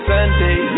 Sunday